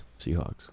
Seahawks